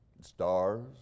stars